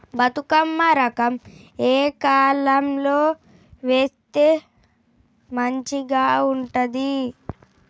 బతుకమ్మ రకం ఏ కాలం లో వేస్తే మంచిగా ఉంటది?